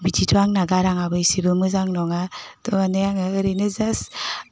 बिदिथ' आंना गाराङाबो एसेबो मोजां नङा थारमानि आङो ओरैनो जास्ट